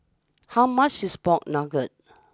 how much is Pork Knuckle